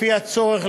לפי הצורך,